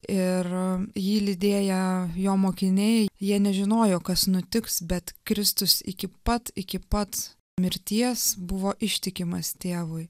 ir jį lydėję jo mokiniai jie nežinojo kas nutiks bet kristus iki pat iki pat mirties buvo ištikimas tėvui